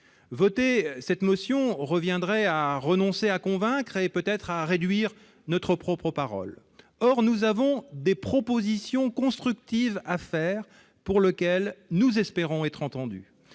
Adopter cette motion reviendrait à renoncer à convaincre et peut-être à réduire notre propre parole. Or nous avons des propositions constructives à faire, sur lesquelles nous espérons être entendus.